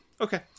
Okay